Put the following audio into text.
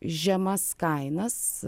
žemas kainas